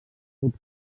pot